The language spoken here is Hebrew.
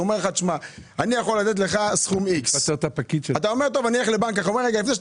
הוא אומר לי שהוא יכול לתת לי סכום איקס ואתה אומר שתלך לבנק אחר.